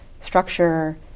structure